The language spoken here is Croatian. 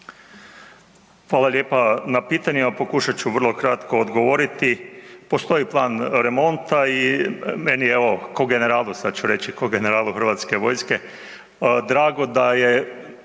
Hvala lijepa na pitanjima, pokušat ću vrlo kratko odgovoriti. Postoji Plan remonta i meni je ovo ko generalu sad ću reći,